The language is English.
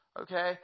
Okay